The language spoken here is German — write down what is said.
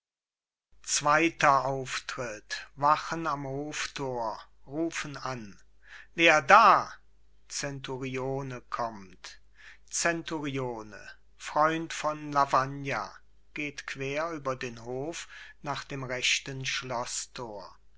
zweiter auftritt wachen am hoftor rufen an wer da zenturione kommt zenturione freund von lavagna geht quer über den hof nach dem rechten schloßtor